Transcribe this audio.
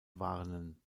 warnen